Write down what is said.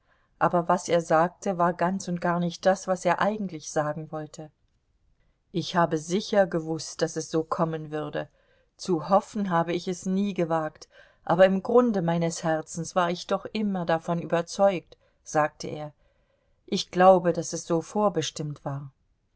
aber was er sagte war ganz und gar nicht das was er eigentlich sagen wollte ich habe sicher gewußt daß es so kommen würde zu hoffen habe ich es nie gewagt aber im grunde meines herzens war ich doch immer davon überzeugt sagte er ich glaube daß es so vorherbestimmt war